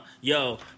yo